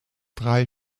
drei